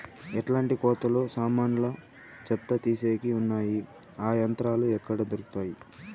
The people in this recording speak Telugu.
ఎట్లాంటి కోతలు సామాన్లు చెత్త తీసేకి వున్నాయి? ఆ యంత్రాలు ఎక్కడ దొరుకుతాయి?